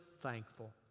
thankful